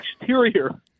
exterior